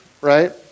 right